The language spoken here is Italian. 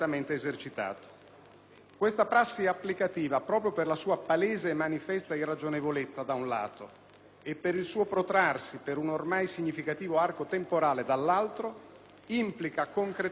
Questa prassi applicativa, proprio per la sua palese e manifesta irragionevolezza da un lato, e per il suo protrarsi per un ormai significativo arco temporale dall'altro, implica concretamente il rischio